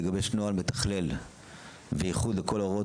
לגבש נוהל מתכלל ואיחוד לכל ההוראות